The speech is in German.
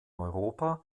europa